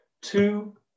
two